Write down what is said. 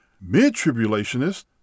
Mid-tribulationists